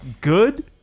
good